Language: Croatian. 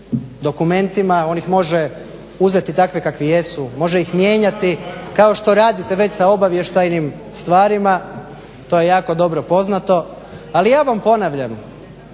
dokumentima, on ih može uzeti takve kakvi jesu, može ih mijenjati kao što radite već sa obavještajnim stvarima, to je jako dobro poznato. Ali ja vam ponavljam